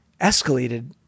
escalated